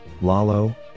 Lalo